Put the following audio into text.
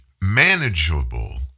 manageable